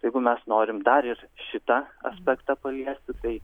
tai jeigu mes norim dar ir šitą aspektą paliesti tai